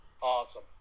Awesome